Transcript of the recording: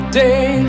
day